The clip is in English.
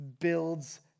builds